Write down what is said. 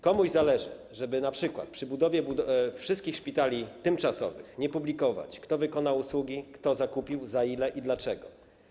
Komuś zależy, żeby np. przy budowie wszystkich szpitali tymczasowych nie publikować, kto wykonał usługi, kto zakupił, za ile i dlaczego.